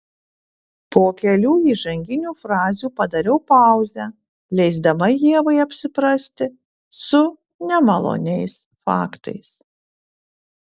po kelių įžanginių frazių padariau pauzę leisdama ievai apsiprasti su nemaloniais faktais